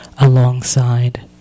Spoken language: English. alongside